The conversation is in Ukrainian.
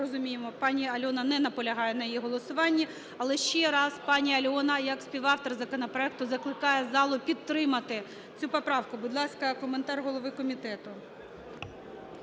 розуміємо, пані Альона не наполягає на її голосуванні. Але ще раз, пані Альона як співавтор законопроекту закликає залу підтримати цю поправку. Будь ласка, коментар голови комітету.